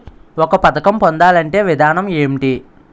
ఒక పథకం పొందాలంటే విధానం ఏంటి?